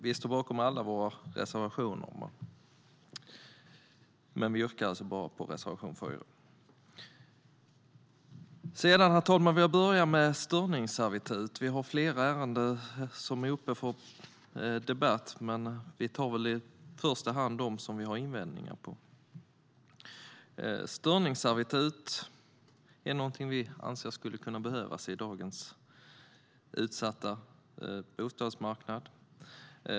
Vi står bakom alla våra reservationer, men jag yrkar alltså bifall endast till reservation 4. Det är flera ärenden som är uppe till debatt, herr talman, men jag tar i första hand upp dem vi har invändningar mot. Jag vill börja med störningsservitut. Störningsservitut är någonting som vi anser skulle behövas på dagens utsatta bostadsmarknad.